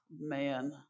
man